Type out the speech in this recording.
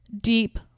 deep